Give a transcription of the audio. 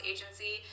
Agency